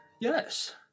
Yes